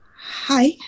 Hi